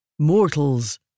Mortals